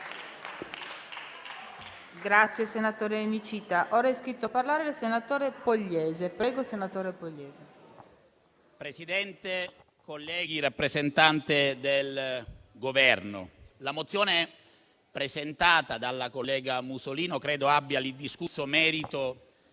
Presidente, colleghi, rappresentante del Governo, la mozione presentata dalla collega Musolino credo abbia l'indiscusso merito